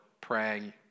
praying